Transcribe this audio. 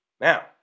Now